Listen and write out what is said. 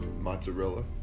mozzarella